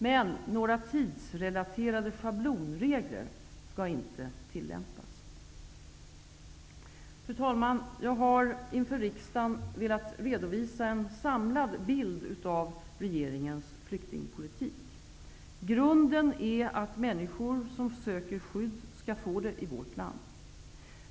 Men några tidsrelaterade schablonregler skall inte tillämpas. Fru talman! Jag har inför riksdagen velat redovisa en samlad bild av regeringens flyktingpolitik. Grunden är att människor som söker skydd skall få det i vårt land.